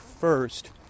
first